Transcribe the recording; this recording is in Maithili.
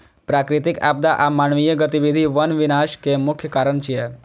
प्राकृतिक आपदा आ मानवीय गतिविधि वन विनाश के मुख्य कारण छियै